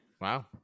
Wow